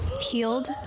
healed